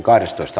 asia